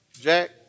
Jack